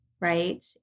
right